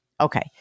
Okay